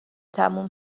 تموم